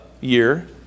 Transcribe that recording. year